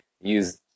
use